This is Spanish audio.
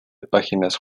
páginas